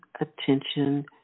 attention